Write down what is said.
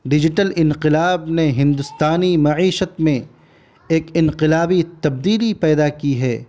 digital انقلاب نے ہندوستانی معیشت میں ایک انقلابی تبدیلی پیدا کی ہے